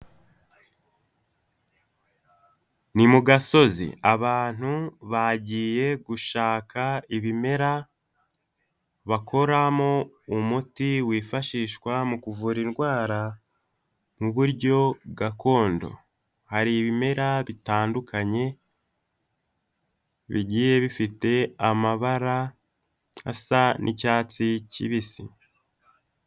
Ni mu gasozi abantu bagiye gushaka ibimera bakoramo umuti wifashishwa mu kuvura indwara mu buryo gakondo, hari ibimera bitandukanye bigiye bifite amabara asa n'icyatsi kibisi.